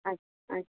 ଆଜ୍ଞା ଆଜ୍ଞା